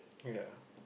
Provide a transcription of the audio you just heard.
ya